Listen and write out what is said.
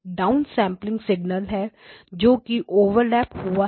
यह downsample signal है जो कि ओवरलैप हुआ है